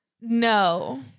No